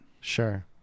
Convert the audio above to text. Sure